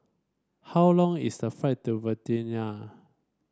how long is the flight to Vientiane